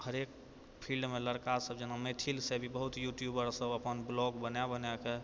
हरेक फिल्डमे लड़का सभ जेना मैथिलसँ भी बहुत यूट्यूबर सभ अपन ब्लॉग बना बनाकऽ